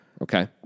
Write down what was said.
Okay